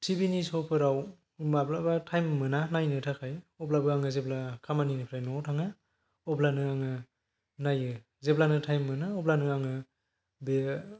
TV नि स' फोराव माब्लाबा टाइम मोना नायनो थाखाय अब्लाबो आं जेब्ला खामानिनिफ्राय न'आव थाङो अब्लानो आङो नायो जेब्लानो टाइम मोनो अब्लानो आङो बे